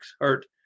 hurt